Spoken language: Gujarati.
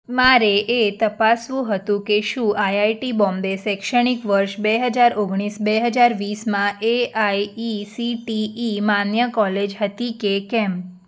મારે એ તપાસવું હતું કે શું આઈઆઈટી બોમ્બે શૈક્ષણિક વર્ષ બે હજાર ઓગણીસ બે હજાર વીસમાં એઆઈસીટીઇ માન્ય કોલેજ હતી કે કેમ